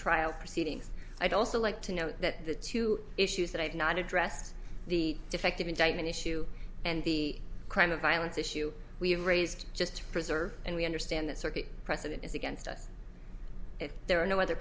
trial proceedings i'd also like to note that the two issues that i have not addressed the defective indictment issue and the crime of violence issue we have raised just to preserve and we understand that circuit precedent is against us if there are no other